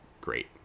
great